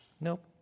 nope